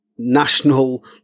national